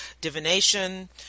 divination